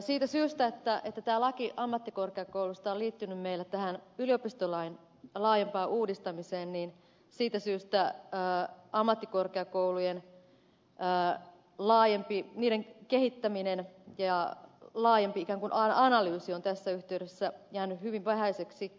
siitä syystä että tämä laki ammattikorkeakouluista on liittynyt tähän yliopistolain laajempaan uudistamiseen ammattikorkeakoulujen kehittäminen ja laajempi analyysi on tässä yhteydessä jäänyt hyvin vähäiseksi